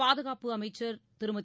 பாதுகாப்பு அமைச்சர் திருமதி